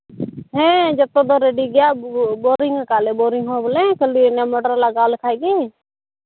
ᱦᱮᱸ ᱡᱚᱛᱚ ᱫᱚ ᱨᱮᱹᱰᱤ ᱜᱮᱭᱟ ᱵᱳᱨᱤᱝᱟᱠᱟᱜᱼᱟᱞᱮ ᱵᱳᱨᱤᱝ ᱦᱚᱸ ᱵᱚᱞᱮ ᱠᱷᱟᱹᱞᱤ ᱤᱱᱟᱹ ᱢᱚᱴᱚᱨ ᱞᱟᱜᱟᱣ ᱞᱮᱠᱷᱟᱱ ᱜᱮ